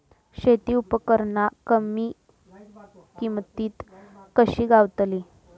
शेती उपकरणा कमी किमतीत कशी गावतली?